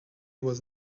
was